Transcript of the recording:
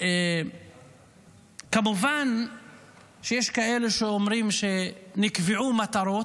וכמובן שיש כאלה שאומרים שנקבעו מטרות,